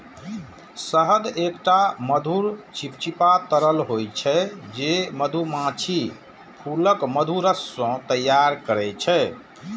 शहद एकटा मधुर, चिपचिपा तरल होइ छै, जे मधुमाछी फूलक मधुरस सं तैयार करै छै